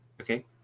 Okay